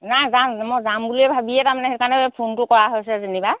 নাই যাম মই যাম বুলিয়েই ভাবিয়ে তাৰমানে সেইকাৰণে ফোনটো কৰা হৈছে যেনিবা